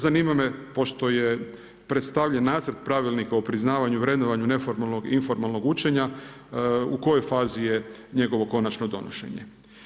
Zanima me pošto je predstavljen nacrt pravilnika o priznavanju i vrednovanju neformalnog i informalnog učenja, u kojoj fazi je njegovo konačno donošenje?